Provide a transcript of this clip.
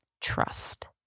trust